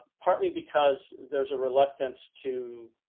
partly because there's a reluctance to